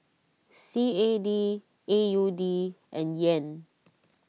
C A D A U D and Yen